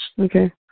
Okay